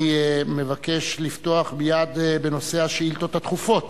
אני מבקש לפתוח מייד בנושא השאילתות הדחופות.